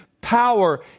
power